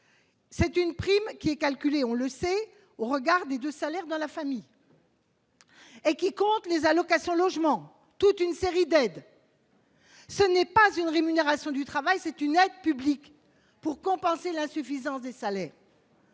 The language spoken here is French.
d'activité est calculée, on le sait, au regard des deux salaires dans la famille, compte tenu des allocations logement et de toute une série d'aides. Ce n'est pas une rémunération du travail, c'est une aide publique pour compenser l'insuffisance des salaires.